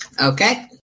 Okay